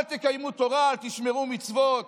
אל תקיימו תורה ותשמרו מצוות,